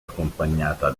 accompagnata